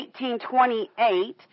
1828